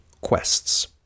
quests